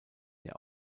der